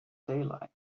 daylight